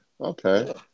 Okay